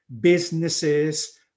businesses